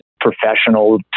professional